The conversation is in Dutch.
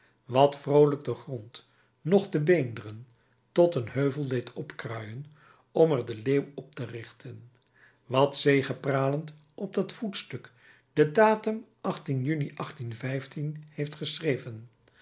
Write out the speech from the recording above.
wat vroolijk den grond nog vol beenderen tot een heuvel deed opkruien om er den leeuw op te richten wat zegepralend op dat voetstuk den datum juni heeft geschreven